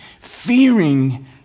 fearing